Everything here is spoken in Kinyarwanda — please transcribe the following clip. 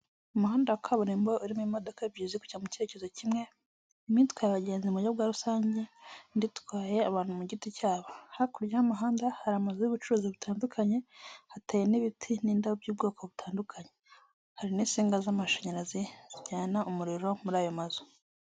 Umuhanda wa kaburimbo urimo imodoka ebyiri ziri kujya mu cyerekezo kimwe imwe itwaye abagenzi mu buryo bwa rusange indi itwaye abantu mu giti cyabo, hakurya y'umahanda hari amazu y'ubucuruzi butandukanye hateyeye n'ibiti n'indabo by'ubwoko butandukanye, hari n'isinga z'amashanyarazi zijyana umuriro muri ayo mazu.